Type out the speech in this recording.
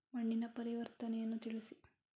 ಮಣ್ಣಿನ ಪರಿವರ್ತನೆಯನ್ನು ತಿಳಿಸಿ?